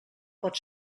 pot